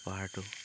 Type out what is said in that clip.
পাহাৰটো